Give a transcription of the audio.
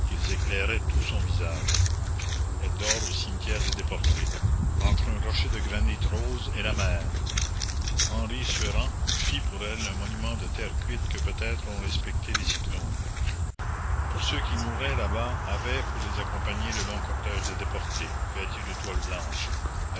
qu'ils éclairaient tout son visage elle dort au cimetière des déportés entre un rocher de granit rose et la mer henri sueren fit pour elle un monument de terre cuite que peutêtre ont respecté les cyclones ceux qui mouraient là-bas avaient pour les accompagner le long cortège des déportés vêtus de toile blanche